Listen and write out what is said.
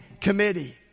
committee